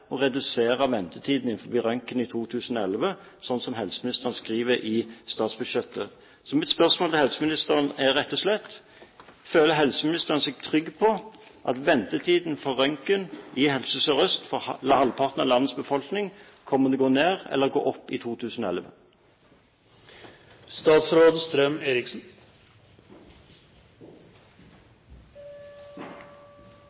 redusere ventetiden på røntgen i 2011, slik helseministeren skriver i statsbudsjettet. Mitt spørsmål til helseministeren er rett og slett: Føler helseministeren seg trygg på at ventetiden på røntgen i Helse Sør-Øst, for halvparten av landets befolkning, kommer til å gå ned